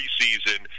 preseason